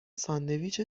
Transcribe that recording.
ساندویچ